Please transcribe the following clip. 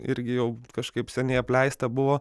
irgi jau kažkaip seniai apleista buvo